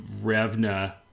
Revna